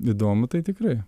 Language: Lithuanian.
įdomu tai tikrai